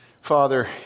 Father